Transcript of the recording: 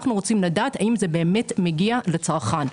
אנחנו רוצים לדעת האם זה באמת מגיע לצרכן.